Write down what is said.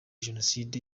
jenoside